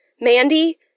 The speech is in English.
Mandy